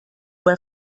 bei